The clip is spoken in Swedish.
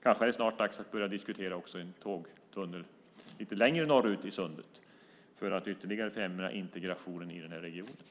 Kanske är det snart dags att också börja diskutera en tågtunnel lite längre norrut i sundet för att ytterligare främja integrationen inom regionen.